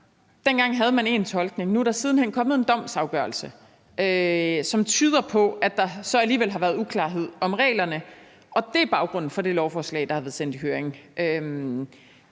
Dengang havde man én tolkning, men nu er der siden hen kommet en domsafgørelse, som tyder på, at der så alligevel har været uklarhed om reglerne, og det er baggrunden for det lovforslag, der er blevet sendt i høring.